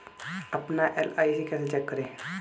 अपना एल.आई.सी कैसे चेक करें?